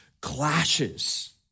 clashes